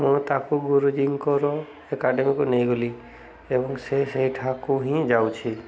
ମୁଁ ତାକୁ ଗୁରୁଜୀଙ୍କର ଏକାଡ଼େମୀକୁ ନେଇଗଲି ଏବଂ ସେ ସେହିଠାକୁ ହିଁ ଯାଉଛି